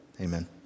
Amen